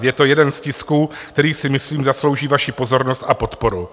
Je to jeden z tisků, které si myslím zaslouží vaši pozornost a podporu.